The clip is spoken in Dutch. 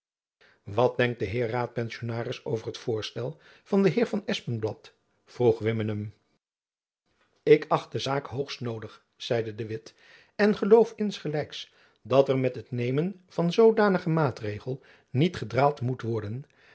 wat denkt de heer raadpensionaris over het voorstel van den heer van espenblad vroeg wimmenum ik acht de zaak hoogst noodig zeide de witt en geloof insgelijks dat er met het nemen van zoodanigen maatregel niet gedraald moet worden